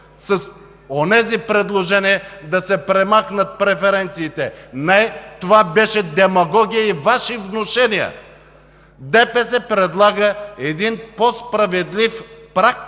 с онези предложения да се премахнат преференциите – не, това беше демагогия и Ваши внушения! ДПС предлага един по-справедлив праг